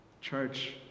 church